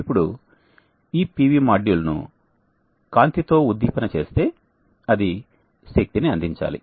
ఇప్పుడు ఈ PV module ను కాంతితో ఉద్దీపన చేస్తే అది శక్తిని అందించాలి